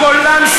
לכבד את השר.